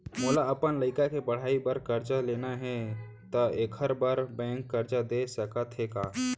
मोला अपन लइका के पढ़ई बर करजा लेना हे, त एखर बार बैंक करजा दे सकत हे का?